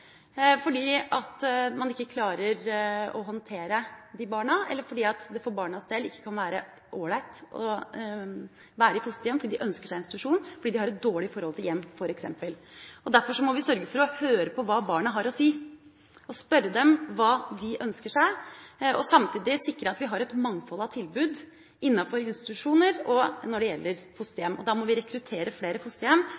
fordi man ikke klarer å håndtere de barna, eller fordi det for barnas del ikke er ålreit å være i fosterhjem. De ønsker seg institusjon fordi de har et dårlig forhold til hjem f.eks. Derfor må vi sørge for å høre på hva barna har å si, og spørre dem hva de ønsker seg, og samtidig sikre at vi har et mangfold av tilbud med hensyn til både institusjoner og fosterhjem. Vi må rekruttere flere fosterhjem, og for å gjøre det